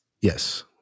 Yes